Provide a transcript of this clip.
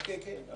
או-קיי, כן.